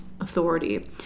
authority